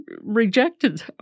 rejected